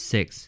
Six